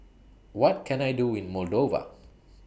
What Can I Do in Moldova